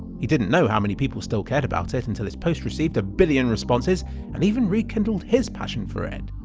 he didn't know how many people still cared about it until his post received a billion responses and even rekindled his passion for it!